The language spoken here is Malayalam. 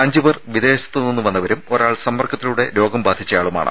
അഞ്ചുപേർ വിദേശത്തുനിന്ന് വന്നവരും ഒരാൾ സമ്പർക്കത്തിലൂടെ രോഗം ബാധിച്ചയാളുമാണ്